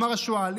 אמר השועל,